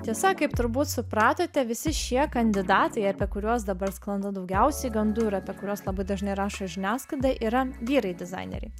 tiesa kaip turbūt supratote visi šie kandidatai apie kuriuos dabar sklando daugiausiai gandų ir apie kuriuos labai dažnai rašo žiniasklaida yra vyrai dizaineriai